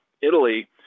Italy